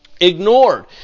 ignored